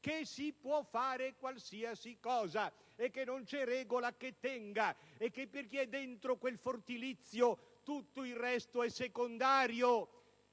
che si può fare qualsiasi cosa e che non c'è regola che tenga e che per chi è dentro quel fortilizio tutto il resto è secondario.